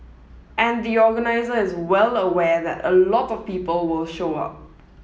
and the organiser is well aware that a lot of people will show up